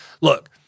Look